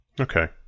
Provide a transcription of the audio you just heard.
Okay